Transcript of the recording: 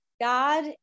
God